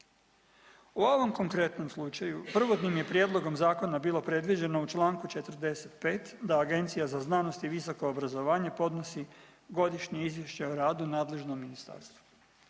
U ovom konkretnom slučaju prvotnim je prijedlogom zakona bilo predviđeno u članku 45. da Agencija za znanost i visoko obrazovanje podnosi godišnje izvješće o radu nadležnom ministarstvu.